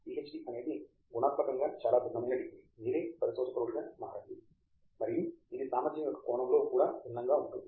PhD అనేది గుణాత్మకంగా చాలా భిన్నమైన డిగ్రీ మీరే పరిశోధకుడిగా మారండి మరియు ఇది సామర్థ్యం యొక్క కోణంలో కూడా భిన్నంగా ఉంటుంది